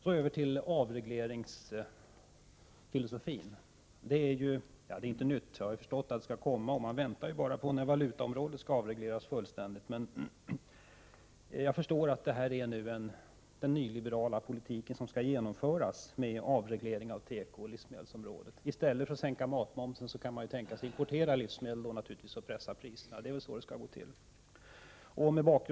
Så över till avregleringsfilosofin. Det här är ju inte någonting nytt. Man har förstått att det skulle komma. Man väntar bara på att det skall avregleras fullständigt på valutaområdet. Jag förstår att det här är den nyliberala politik som skall genomföras — avreglering av tekooch livsmedelsområdet. I stället för att sänka matmomsen kan man naturligtvis tänka sig att importera livsmedel och pressa ned priserna. Det är väl så det skall gå till.